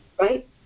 Right